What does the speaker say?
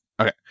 Okay